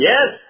Yes